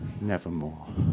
nevermore